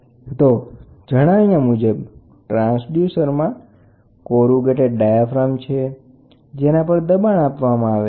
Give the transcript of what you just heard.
તો મે તમને જણાવ્યા મુજબ ટ્રાન્સડ્યુસર કોરુગેટેડ ડાયાફ્રામ હોય છે જેના પર દબાણ આપવામાં આવે છે